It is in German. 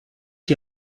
die